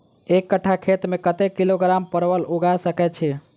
एक कट्ठा खेत मे कत्ते किलोग्राम परवल उगा सकय की??